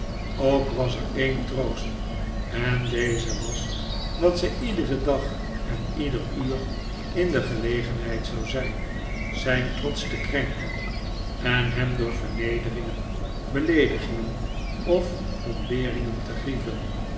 ook was er een troost en deze was dat zij iederen dag en ieder uur in de gelegenheid zou zijn zijn trots te krenken en hem door vernederingen beleedigingen of ontberingen te grieven